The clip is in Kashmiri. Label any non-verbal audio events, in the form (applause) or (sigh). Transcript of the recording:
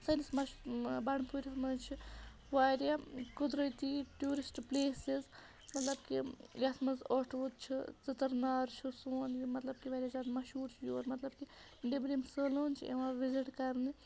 سٲنِس (unintelligible) بَنٛڈپوٗرِس منٛز چھِ واریاہ قُدرٔتی ٹیوٗرِسٹ پٕلیسٕز مطلب کہِ یَتھ منٛز ٲٹھٕ وُتھ چھُ ژٕتَرنار چھُ سون یِم مطلب کہِ واریاہ زیادٕ مشہوٗر چھِ یور مطلب کہِ نیٚبرِم سٲلٲن چھِ یِوان وِزِٹ کَرنہِ